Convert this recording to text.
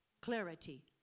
clarity